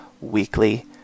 Weekly